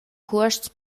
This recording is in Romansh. cuosts